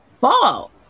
fall